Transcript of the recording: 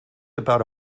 about